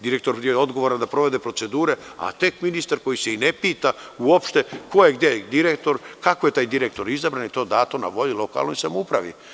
Direktor je odgovoran da provede procedure, a tek ministar koji se i ne pita uopšte, ko je gde direktor, kako je taj direktor izabran, tog datuma i na kojoj lokalnoj samoupravi.